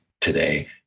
today